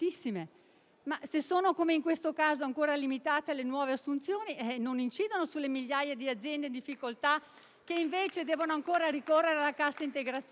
ma se sono, come in questo caso, ancora limitate alle nuove assunzioni non incidono sulle migliaia di aziende in difficoltà che, invece, devono ancora ricorrere alla cassa integrazione.